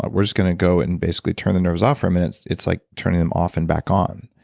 we're just going to go and basically turn the nerves off for a minute. it's it's like turning them off and back on.